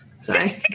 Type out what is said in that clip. sorry